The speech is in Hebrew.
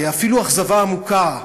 אפילו אכזבה עמוקה,